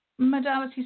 modalities